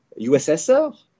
ussr